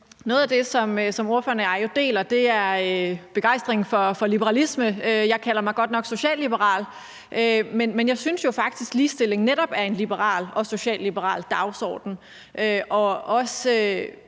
noget af det, som ordføreren og jeg jo deler, er begejstringen for liberalisme. Jeg kalder mig godt nok socialliberal, men jeg synes faktisk netop, at ligestillingen er en liberal og socialliberal dagsorden,